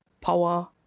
power